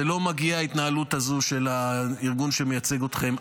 לא מגיעה לכם ההתנהלות הזו של הארגון שמייצג אתכם.